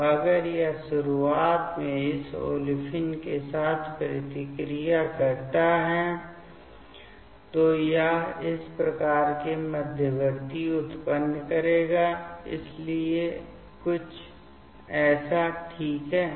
तो अगर यह शुरुआत में इस ओलेफाइन के साथ प्रतिक्रिया करता है तो यह इस प्रकार के मध्यवर्ती उत्पन्न करेगा इसलिए कुछ ऐसा ठीक है